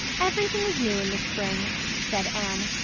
everything is new in the spring, said anne.